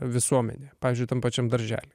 visuomenėje pavyzdžiui tam pačiam daržely